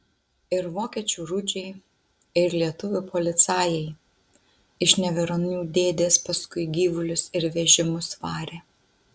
ir vokiečių rudžiai ir lietuvių policajai iš neveronių dėdės paskui gyvulius ir vežimus varė